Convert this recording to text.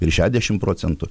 ir šiadešim procentų